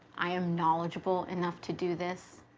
i am knowledgeable enough to do this.